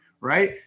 right